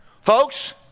Folks